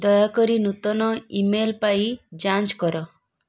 ଦୟାକରି ନୂତନ ଇମେଲ ପାଇଁ ଯାଞ୍ଚ କର